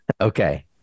Okay